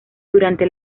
durante